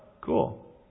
cool